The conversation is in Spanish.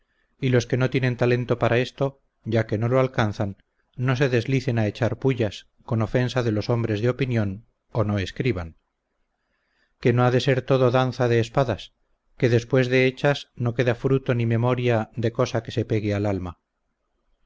y los que no tienen talento para esto ya que no lo alcanzan no se deslicen a echar pullas con ofensa de los hombres de opinión o no escriban que no ha de ser todo danza de espadas que después de hechas no queda fruto ni memoria de cosa que se pegue al alma